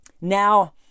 Now